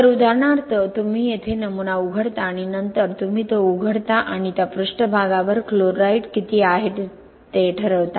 तर उदाहरणार्थ तुम्ही येथे नमुना उघडता आणि नंतर तुम्ही तो उघडता आणि त्या पृष्ठभागावर क्लोराईड किती आहे हे ठरवता